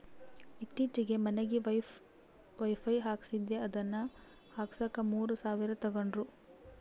ಈತ್ತೀಚೆಗೆ ಮನಿಗೆ ವೈಫೈ ಹಾಕಿಸ್ದೆ ಅದನ್ನ ಹಾಕ್ಸಕ ಮೂರು ಸಾವಿರ ತಂಗಡ್ರು